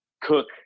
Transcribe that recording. cook